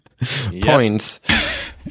points